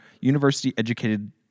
university-educated